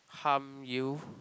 harm you